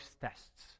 tests